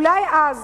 אולי אז